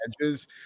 edges